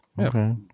okay